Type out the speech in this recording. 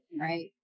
right